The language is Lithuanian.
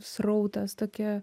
srautas tokia